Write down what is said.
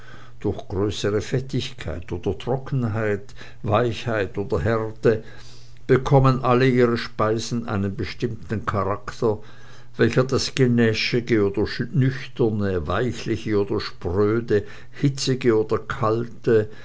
durch größere fettigkeit oder trockenheit weichheit oder härte bekommen alle ihre speisen einen bestimmten charakter welcher das genäschige oder nüchterne weichliche oder spröde hitzige oder kalte